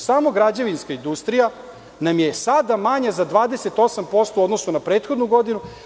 Samo građevinska industrija nam je sada manja za 28% u odnosu na prethodnu godinu.